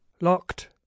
Locked